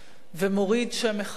ומוריד שם אחד,